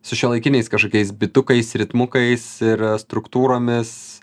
su šiuolaikiniais kažkokiais bitukais ritmukais ir struktūromis